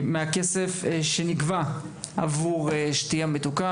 מהכסף שנקבע עבור שתייה מתוקה,